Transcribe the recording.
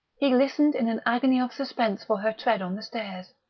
he listened in an agony of suspense for her tread on the stairs.